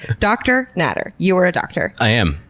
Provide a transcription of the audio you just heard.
dr. natter, you are a doctor. i am.